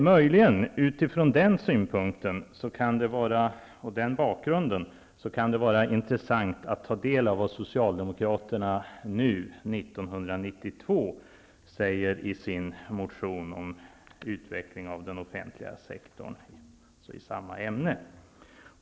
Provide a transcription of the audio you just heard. Mot den bakgrunden kan det möjligen vara intressant att ta del av vad Socialdemokraterna nu, 1992, säger i sin motion om utvecklingen av den offentliga sektorn. Det är alltså fråga om samma ämne.